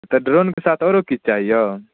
तऽ ड्रोनके साथ आओरो किछु चाही यौ